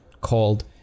called